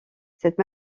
cette